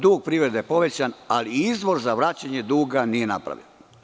Dug privrede je povećan, ali izvoz za vraćanje duga nije napravljen.